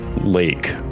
lake